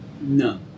No